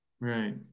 Right